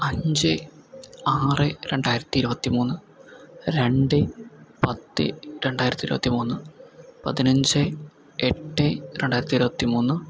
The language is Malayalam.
അഞ്ച് ആറ് രണ്ടായിരത്തി ഇരുപത്തി മൂന്ന് രണ്ട് പത്ത് രണ്ടായിരത്തി ഇരുപത്തി മൂന്ന് പതിനഞ്ചേ എട്ട് രണ്ടായിരത്തി ഇരുപത്തി മൂന്ന്